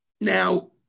Now